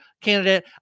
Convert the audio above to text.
candidate